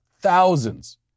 Thousands